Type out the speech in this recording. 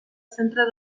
centre